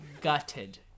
gutted